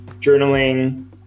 journaling